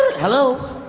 hello?